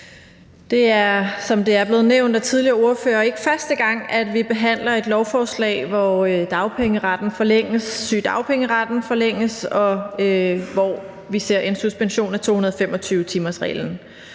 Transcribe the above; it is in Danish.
ikke første gang, vi behandler et lovforslag, hvor dagpengeretten forlænges, sygedagpengeretten forlænges, og hvor vi ser en suspension af 225-timersreglen.